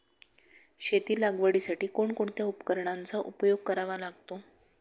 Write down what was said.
शेती लागवडीसाठी कोणकोणत्या उपकरणांचा उपयोग करावा लागतो?